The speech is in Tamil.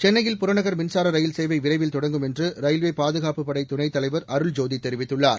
சென்னையில் புறநகர் மின்சார ரயில் சேவை விரைவில் தொடங்கும் என்று ரயில்வே பாதுகாப்புப் படை துணைத் தலைவர் அருள்ஜோதி தெரிவித்துள்ளார்